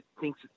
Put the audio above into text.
thinks